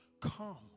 Come